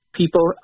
people